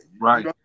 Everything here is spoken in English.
right